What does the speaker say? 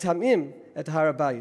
מטמאים, את הר-הבית.